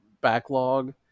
backlog